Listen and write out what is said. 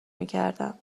میکردم